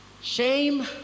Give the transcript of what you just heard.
Shame